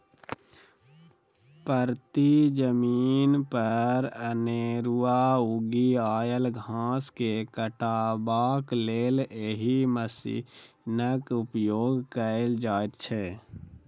परती जमीन पर अनेरूआ उगि आयल घास के काटबाक लेल एहि मशीनक उपयोग कयल जाइत छै